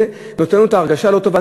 זה נותן את ההרגשה הלא-טובה.